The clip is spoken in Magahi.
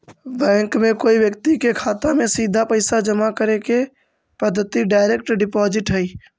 बैंक में कोई व्यक्ति के खाता में सीधा पैसा जमा करे के पद्धति डायरेक्ट डिपॉजिट हइ